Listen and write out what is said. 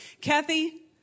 Kathy